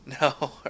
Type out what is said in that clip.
No